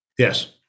Yes